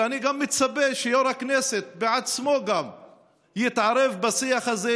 אלא אני מצפה שגם יו"ר הכנסת בעצמו יתערב בשיח הזה,